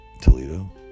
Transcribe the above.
Toledo